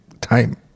time